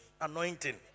anointing